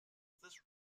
this